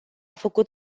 făcut